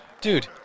Dude